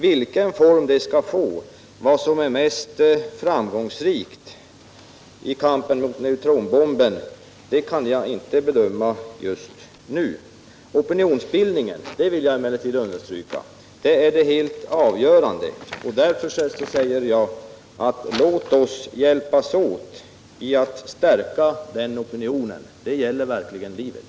Vilken form det skall få, vad som är mest framgångsrikt i kampen mot neutronbomben, kan jag inte bedöma just nu. Opinionsbildningen, det vill jag emellertid understryka, är det helt avgörande och därför säger jag: Låt oss hjälpas åt att stärka den opinionen. Det gäller verkligen livet!